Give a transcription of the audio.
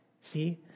See